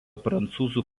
prancūzų